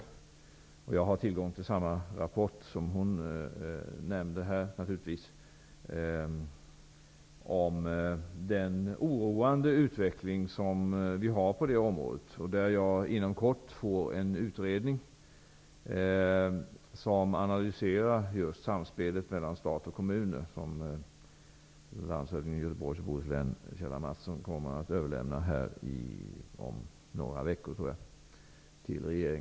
Jag har naturligtvis tillgång till den rapport som hon här nämnde om den oroande utvecklingen på det området. En utredning med en analys av just samspelet mellan stat och kommuner kommer att överlämnas till regeringen om några veckor av landshövdingen i Göteborgs och Bohus län, Kjell Mattsson.